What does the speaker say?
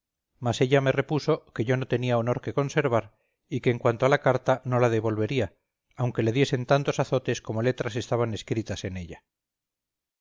mas ella me repuso que yo no tenía honor que conservar y que en cuanto a la carta no la devolvería aunque le diesen tantos azotes como letras estaban escritas en ella